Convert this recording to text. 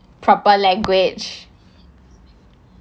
proper language